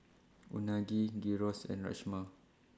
Unagi Gyros and Rajma